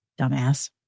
Dumbass